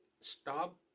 stop